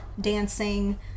dancing